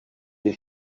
des